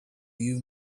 you